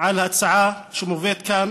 על ההצעה שמובאת כאן,